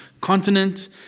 continent